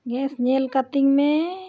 gas ᱧᱮᱞ ᱠᱟᱹᱛᱤᱧ ᱢᱮ